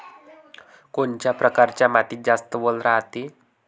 कोनच्या परकारच्या मातीत जास्त वल रायते?